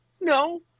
no